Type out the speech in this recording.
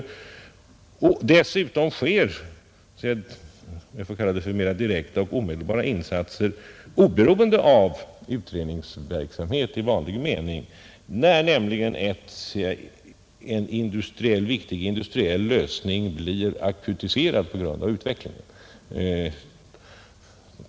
Dessutom sker mer direkta och omedelbara insatser oberoende av utredningsverksamhet i vanlig mening, när nämligen industriella problem blivit akuta på grund av utvecklingen.